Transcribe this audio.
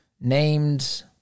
named